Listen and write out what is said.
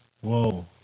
Whoa